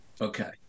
okay